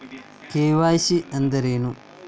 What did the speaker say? KYC ಅಂದ್ರೇನು?